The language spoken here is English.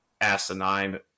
asinine